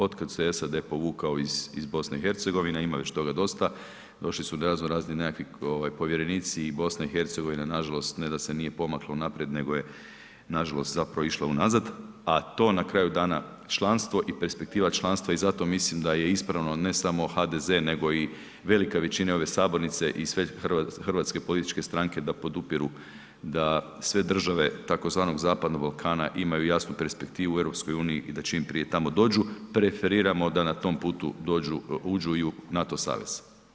Otkada se SAD povukao iz BiH, ima već toga dosta, došli su razno razni nekakvi ovaj povjerenici i BiH nažalost ne da se nije pomaklo naprijed, nego je nažalost zapravo išla unazad, a to na kraju dana članstvo i perspektiva članstva i zato mislim da je ispravno ne samo HDZ, nego i velika većina ove sabornice i sve hrvatske političke stranke da podupiru da sve države tzv. Zapadnog Balkana imaju jasnu perspektivu u EU i da čim prije preferiramo da na tom putu uđu i u NATO savez.